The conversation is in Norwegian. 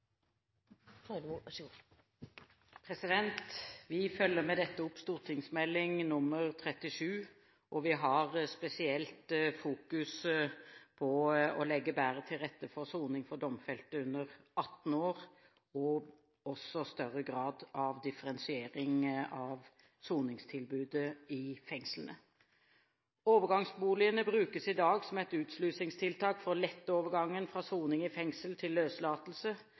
Vi følger med dette opp St.meld. nr. 37 for 2007–2008. Vi har spesielt fokus på å legge bedre til rette for soning for domfelte under 18 år og også større grad av differensiering av soningstilbudet i fengslene. Overgangsboligene brukes i dag som et utslusingstiltak for å lette overgangen fra soning i fengsel til løslatelse.